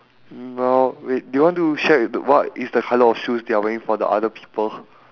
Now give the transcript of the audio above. mm well wait do you want to shared what is the colour of shoes they are wearing for the other people